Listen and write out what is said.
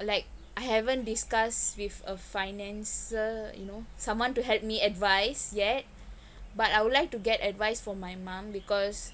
like I haven't discuss with a financer you know someone to help me advice yet but I would like to get advice from my mom because